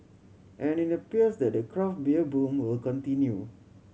and it appears that the craft beer boom will continue